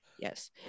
Yes